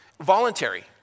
voluntary